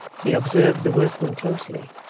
he observed the workmen closely,